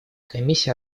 комиссия